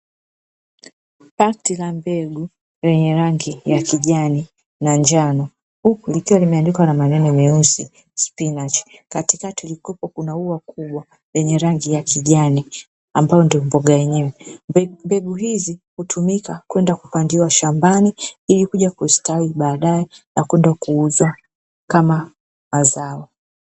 Pakti za mbegu zenye rangi ya kijani na njano, huku likiwa limeandikwa maneno meusi "spinachi'', katikati likiwepo na ua kubwa lenye rangi ya kijani, ambalo ndio mboga yenyewe. Mbegu hizi hutumika kwenda kupandiwa shambani, ili kuja kustawi baadae na kwenda kuuzwa kama mazao.